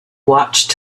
watched